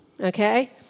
okay